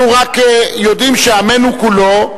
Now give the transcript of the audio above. אנחנו רק יודעים שעמנו כולו,